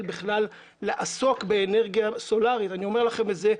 בכלל לעסוק באנרגיה סולרית ואני אומר לכם את זה.